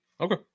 okay